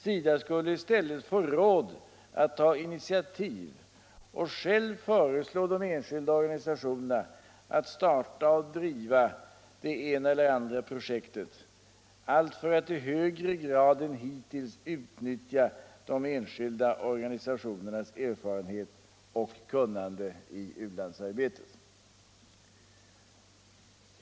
SIDA skulle i stället få råd att ta initiativ och själv föreslå de enskilda organisationerna att starta och driva det ena eller andra projektet, allt för att i högre grad än hittills utnyttja de enskilda organisationernas erfarenhet och kunnande i u-landsarbetet.